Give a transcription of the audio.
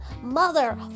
Mother